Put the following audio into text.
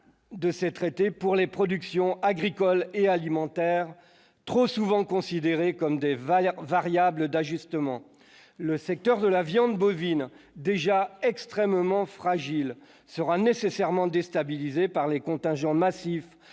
de ces traités pour les productions agricoles et alimentaires trop souvent considérés comme des valeurs variable d'ajustement, le secteur de la viande bovine déjà extrêmement fragile sera nécessairement déstabilisés par les contingents massifs